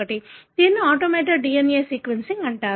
దీనిని automated DNA sequencing అంటారు